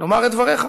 לומר את דבריך.